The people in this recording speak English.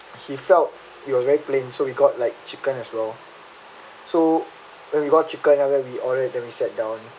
he felt was very plain so we got like chicken as well so when we got chicken you are going to be alright then we sat down